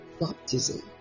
baptism